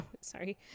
sorry